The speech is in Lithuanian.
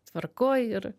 tvarkoj ir